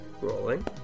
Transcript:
Rolling